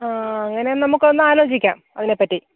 ആ അങ്ങനെ നമുക്കൊന്നാലോചിക്കാം അതിനെപ്പറ്റി